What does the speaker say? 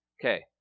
Okay